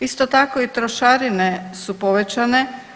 Isti tako i trošarine su povećane.